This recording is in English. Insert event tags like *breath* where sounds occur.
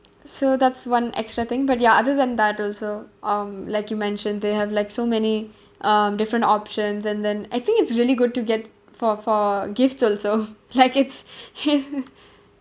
so that's one extra thing but ya other than that also um like you mentioned they have like so many um different options and then I think it's really good to get for for gifts also like it's *breath* *laughs*